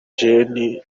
jeanne